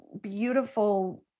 beautiful